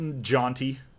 Jaunty